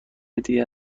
هدیه